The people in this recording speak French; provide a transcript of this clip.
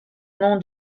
nom